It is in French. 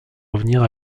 revenir